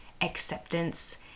acceptance